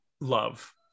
love